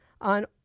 on